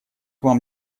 вам